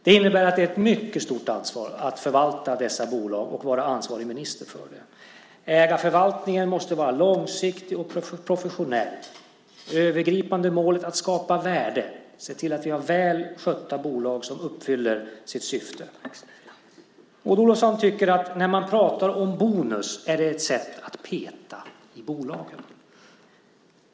Det innebär att det är ett mycket stort ansvar att förvalta dessa bolag och vara ansvarig minister för dem. Ägarförvaltningen måste vara långsiktig och professionell, det övergripande målet att skapa värde och se till att vi har väl skötta bolag som uppfyller sitt syfte. Maud Olofsson tycker att när man pratar om bonus är det ett sätt att peta i bolagen.